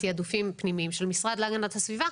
תיעדופים פנימיים של המשרד להגנת הסביבה.